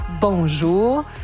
Bonjour